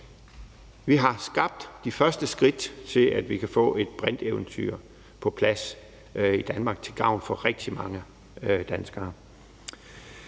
Vi har skabt de første skridt til, at vi kan få et brinteventyr på plads i Danmark til gavn for rigtig mange danskere.